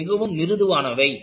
அவை மிகவும் மிருதுவானவை